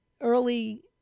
early